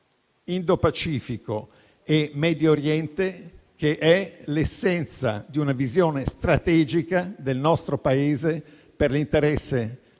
Indopacifico e Medio Oriente, che è l'essenza di una visione strategica del nostro Paese, per l'interesse